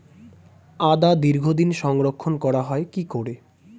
আদা দীর্ঘদিন সংরক্ষণ করা হয় কি করে?